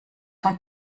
von